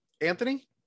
Anthony